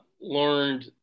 learned